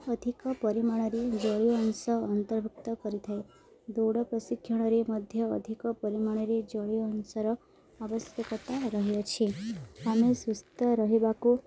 ଅଧିକ ପରିମାଣରେ ଜଳୀୟ ଅଂଶ ଅନ୍ତର୍ଭୁକ୍ତ କରିଥାଏ ଦୌଡ଼ ପ୍ରଶିକ୍ଷଣରେ ମଧ୍ୟ ଅଧିକ ପରିମାଣରେ ଜଳୀୟ ଅଂଶର ଆବଶ୍ୟକତା ରହିଅଛି ଆମେ ସୁସ୍ଥ ରହିବାକୁ